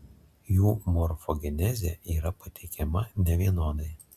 jų morfogenezė yra pateikiama nevienodai